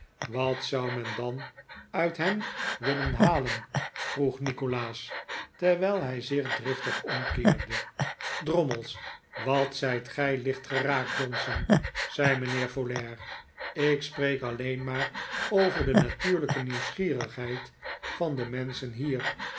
wat zou men dan uit hem willen halen vroeg nikolaas terwijl hij zich driftig omkeerde drommels wat zijt gij lichtgeraakt johnson zei mijnheer folair ik spreek alleen maar over de natuurlijke nieuwsgierigheid van de menschen hier